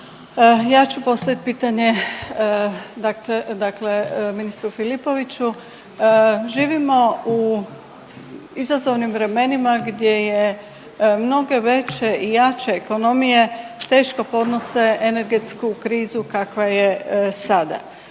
Ja ću postaviti pitanje, dakle ministru Filipoviću. Živimo u izazovnim vremenima gdje je mnoge veće i jače ekonomije teško podnose energetsku krizu kakva je sada.